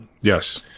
Yes